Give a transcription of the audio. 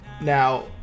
now